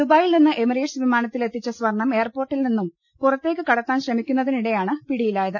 ദുബായിൽ നിന്ന് എമിറേറ്റസ് വിമാനത്തിൽ എത്തിച്ച സ്വർണം എയർപോർട്ടിൽ നിന്നും പുറത്തേക്ക് കടത്താൻ ശ്രമിക്കുന്നതിനിടെയാണ് പിടിയിലായത്